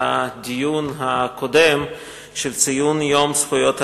הדיון הקודם של ציון יום זכויות האדם,